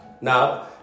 Now